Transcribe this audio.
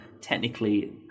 technically